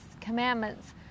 commandments